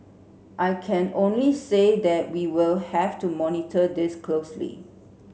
I can only say that we will have to monitor this closely